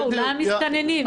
אולי המסתננים.